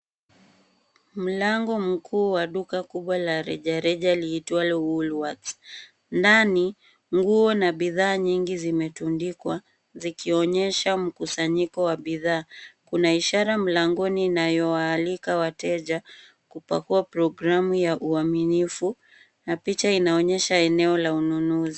Mlango mkuu wa duka kubwa la rejareja liitwalo woolworths . Ndani, nguo na bidhaa zingine zimetundikwa zikionyesha mkusanyiko wa bidhaa. Kuna ishara mlangoni inayowaalika wateja, kupakuwa programu ya uaminifu na picha inaonyesha eneo la ununuzi.